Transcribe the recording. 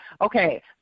okay